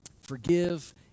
forgive